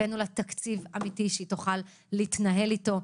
הבאנו לה תקציב אמיתי שהיא תוכל להתנהל איתו.